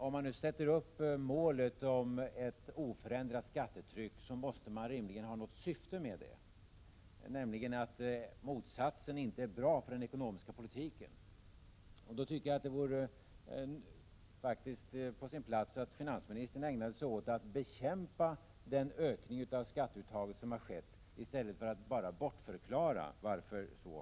Om man nu har som mål att skattetrycket skall vara oförändrat, måste det rimligen finnas ett syfte med det — nämligen att motsatsen inte är bra för den ekonomiska politiken. Det vore därför på sin plats att finansministern ägnade sig åt att bekämpa ökningen av skatteuttaget i stället för att bara bortförklara ökningen.